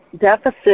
deficit